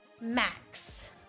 Max